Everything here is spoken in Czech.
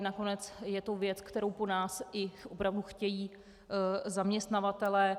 Nakonec je to věc, kterou po nás i opravdu chtějí zaměstnavatelé.